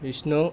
Vishnu